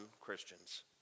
Christians